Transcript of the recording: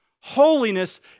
holiness